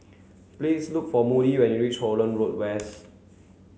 please look for Moody when you reach Holland Road West